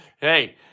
Hey